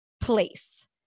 place